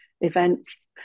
events